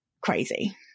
crazy